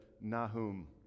Nahum